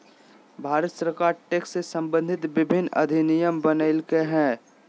भारत सरकार टैक्स से सम्बंधित विभिन्न अधिनियम बनयलकय हइ